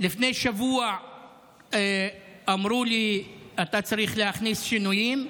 לפני שבוע אמרו לי: אתה צריך להכניס שינויים.